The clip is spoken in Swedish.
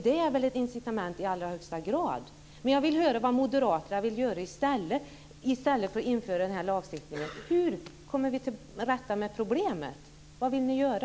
Det är väl i allra högsta grad ett incitament. Jag vill höra vad moderaterna vill göra i stället för att införa den här lagstiftningen. Hur kommer vi till rätta med problemet? Vad vill ni göra?